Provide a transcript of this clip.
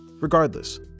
Regardless